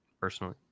personally